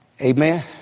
Amen